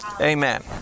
Amen